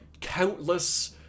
countless